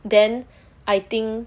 then I think